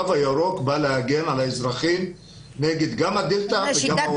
התו הירוק בא להגן על האזרחים גם נגד ה-דלתא וגם נגד ה-אומיקרון.